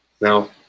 now